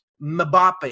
Mbappe